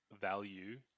value